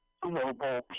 global